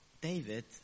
David